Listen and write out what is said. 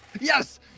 Yes